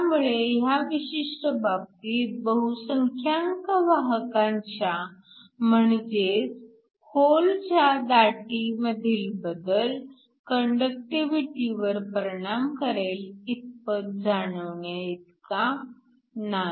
त्यामुळे ह्या विशिष्ट बाबतीत बहुसंख्यांक वाहकांच्या म्हणजेच होलच्या दाटी मधील बदल कंडक्टिव्हिटीवर परिणाम करेल इतपत जाणवण्याइतका नाही